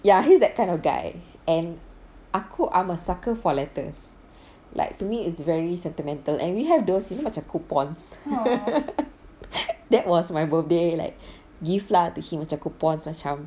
ya he's that kind of guy and aku I'm a sucker for letters like to me it's very sentimental and we have those you know macam coupons that was my birthday like gift lah to him macam coupons macam